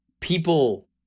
people